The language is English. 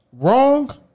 Wrong